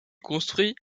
construit